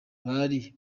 bari